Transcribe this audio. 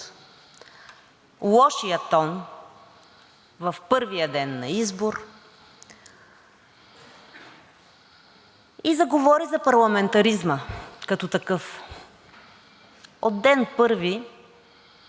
лошия тон в първия ден на избор и заговори за парламентаризма като такъв. От ден първи,